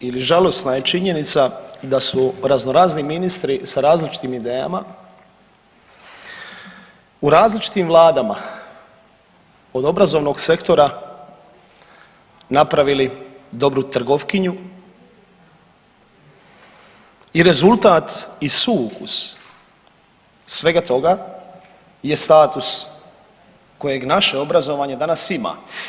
Žalosno ili žalosna je činjenica da su razno razni ministri sa različitim idejama u različitim vladama od obrazovnog sektora napravili dobru trgovkinju i rezultat i sukus svega toga je status kojeg naše obrazovanje danas ima.